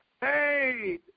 Hey